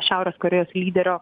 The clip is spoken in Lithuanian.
šiaurės korėjos lyderio